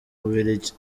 bubiligi